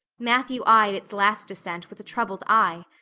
matthew eyed its last descent with a troubled eye.